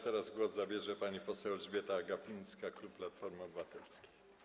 Teraz głos zabierze pani poseł Elżbieta Gapińska, klub Platformy Obywatelskiej.